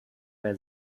bei